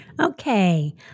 Okay